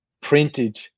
printed